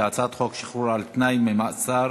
על הצעת חוק שחרור על-תנאי ממאסר